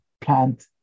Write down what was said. plant